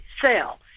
sell